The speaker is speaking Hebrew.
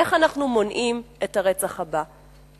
איך אנחנו מונעים את הרצח הבא,